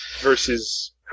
versus